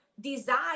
desire